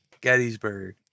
gettysburg